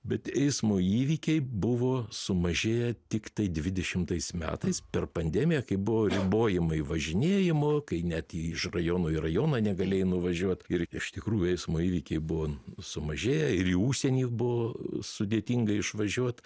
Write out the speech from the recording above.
bet eismo įvykiai buvo sumažėję tiktai dvidešimtais metais per pandemiją kai buvo ribojimai važinėjimo kai net iš rajono į rajoną negalėjai nuvažiuot ir iš tikrųjų eismo įvykiai buvo sumažėję ir į užsienį buvo sudėtinga išvažiuot